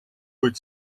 vuit